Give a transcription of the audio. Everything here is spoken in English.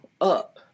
up